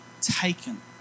taken